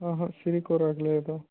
ఆహా చిరి కురాకు లేదు